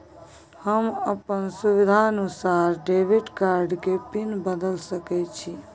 हम अपन सुविधानुसार डेबिट कार्ड के पिन बदल सके छि?